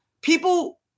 People